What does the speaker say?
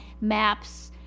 maps